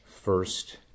first